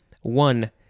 One